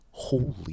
holy